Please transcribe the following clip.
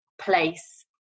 place